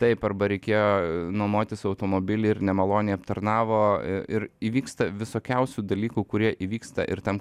taip arba reikėjo nuomotis automobilį ir nemaloniai aptarnavo ir įvyksta visokiausių dalykų kurie įvyksta ir tam